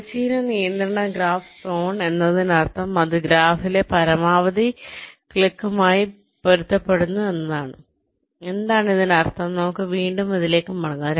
തിരശ്ചീന നിയന്ത്രണ graph zone എന്നതിനർത്ഥം അത് ഗ്രാഫിലെ പരമാവധി ക്ലിക്കുമായി പൊരുത്തപ്പെടുന്നു എന്നാണ് എന്താണ് ഇതിനർത്ഥം നമുക്ക് വീണ്ടും ഇതിലേക്ക് മടങ്ങാം